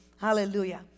Hallelujah